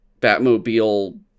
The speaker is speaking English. batmobile